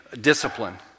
discipline